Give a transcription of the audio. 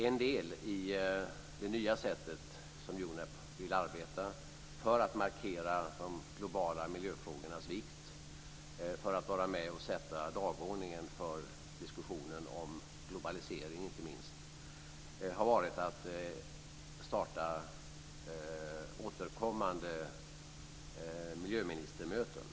En del i det nya sätt som UNEP vill arbeta på för att markera de globala miljöfrågornas vikt och för att vara med och sätta dagordningen för diskussionen om globalisering, inte minst, har varit att starta återkommande miljöministermöten.